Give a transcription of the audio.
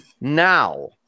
now